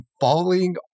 falling